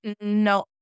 No